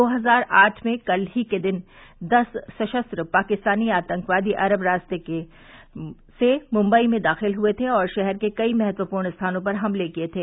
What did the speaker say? दो हजार आठ में कल ही के दिन दस सशस्त्र पाकिस्तानी आतंकवादी अरब सागर के रास्ते मुंबई में दाखिल हुए थे और शहर के कई महत्वपूर्ण स्थानों पर हमले किये थे